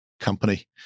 company